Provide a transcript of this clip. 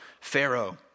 Pharaoh